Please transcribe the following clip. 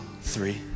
three